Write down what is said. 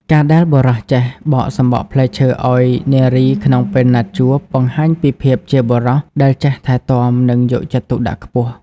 ការដែលបុរសចេះបកសំបកផ្លែឈើឱ្យនារីក្នុងពេលណាត់ជួប បង្ហាញពីភាពជាបុរសដែលចេះថែទាំ និងយកចិត្តទុកដាក់ខ្ពស់។